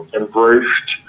embraced